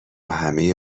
همه